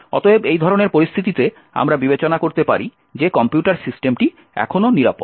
অতএব এই ধরনের পরিস্থিতিতে আমরা বিবেচনা করতে পারি যে কম্পিউটার সিস্টেমটি এখনও নিরাপদ